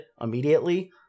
immediately